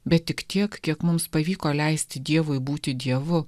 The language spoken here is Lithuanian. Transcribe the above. bet tik tiek kiek mums pavyko leisti dievui būti dievu